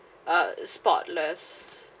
uh spotless